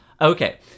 Okay